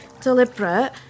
deliberate